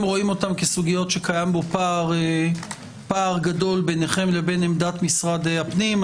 רואים כסוגיות שקיים בהן פער גדול ביניכם לבין עמדת משרד הפנים.